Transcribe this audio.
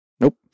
Nope